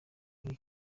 muri